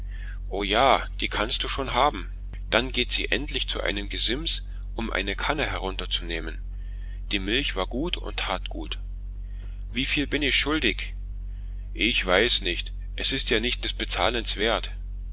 o ja die kannst du schon haben dann geht sie endlich zu einem gesims um eine kanne herunterzunehmen die milch war gut und tat gut wieviel bin ich schuldig ich weiß nicht es ist ja nicht des bezahlens wert